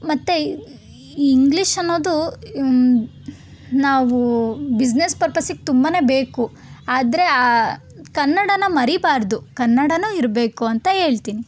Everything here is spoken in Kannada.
ಮತ್ತು ಇಂಗ್ಲಿಷ್ ಅನ್ನೋದು ನಾವು ಬಿಸ್ನೆಸ್ ಪರ್ಪಸಿಗೆ ತುಂಬಾ ಬೇಕು ಆದರೆ ಆ ಕನ್ನಡನ ಮರಿಬಾರದು ಕನ್ನಡನೂ ಇರಬೇಕು ಅಂತ ಹೇಳ್ತೀನಿ